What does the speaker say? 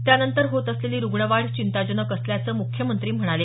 त्यानंतर होत असलेली रुग्ण वाढ चिंताजनक असल्याचं मुख्यमंत्री म्हणाले